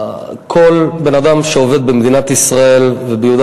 כל בן-אדם שעובד במדינת ישראל וביהודה